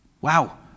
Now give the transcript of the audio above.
Wow